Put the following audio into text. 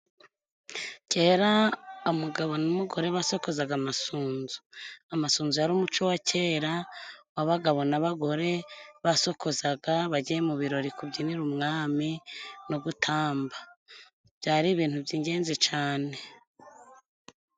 Kera umugabo n'umugore basokozaga amasunzu, amasunzu yari umuco wa kera w'abagabo n'abagore, basokozaga bagiye mu birori kubyinira umwami no gutamba, byari ibintu by'ingenzi cane.